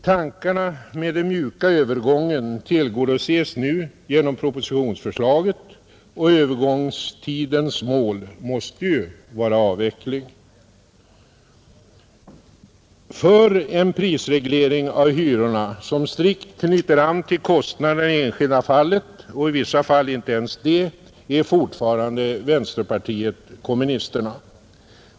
Tankarna om den mjuka övergången tillgodoses nu genom propositionsförslaget, och övergångstidens mål måste ju vara avveckling. För en prisreglering av hyrorna som strikt knyter an till kostnaderna i det enskilda fallet — och i vissa fall inte ens det — är fortfarande vänsterpartiet kommunisterna.